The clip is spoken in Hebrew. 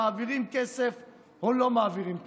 מעבירים כסף או לא מעבירים כסף,